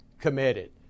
committed